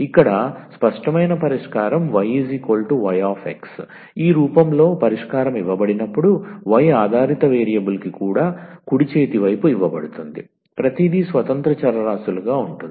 ఇక్కడ స్పష్టమైన పరిష్కారం 𝑦 𝑦𝑥 ఈ రూపంలో పరిష్కారం ఇవ్వబడినప్పుడు y ఆధారిత వేరియబుల్కు కుడి చేతి వైపు ఇవ్వబడుతుంది ప్రతిదీ స్వతంత్ర చరరాశులుగా ఉంటుంది